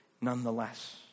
nonetheless